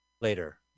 later